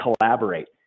collaborate